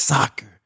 Soccer